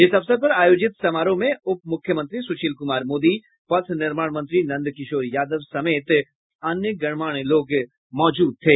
इस अवसर पर आयोजित समारोह में उप मुख्यमंत्री सूशील कुमार मोदी पथ निर्माण मंत्री नंद किशोर यादव समेत अन्य गणमान्य लोग मौजूद थे